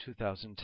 2010